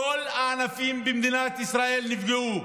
כל הענפים במדינת ישראל נפגעו.